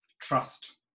trust